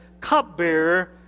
cupbearer